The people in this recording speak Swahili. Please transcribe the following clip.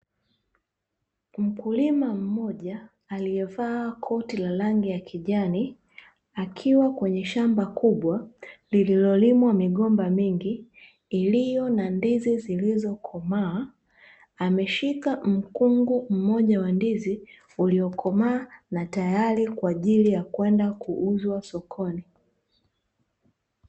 Mkulima mmoja aliyevaa koti la rangi ya kijani, akiwa kwenye shamba kubwa lililolimwa migomba mingi iliyo na ndizi zilizokomaa, ameshika mkungu mmoja wa ndizi uliokomaa na tayari kwa ajili ya kwenda kuuzwa sokoni.